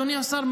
אדוני השר,